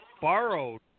borrowed